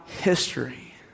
history